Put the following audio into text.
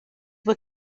were